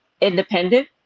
independent